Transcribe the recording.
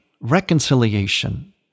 reconciliation